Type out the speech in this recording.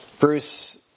Bruce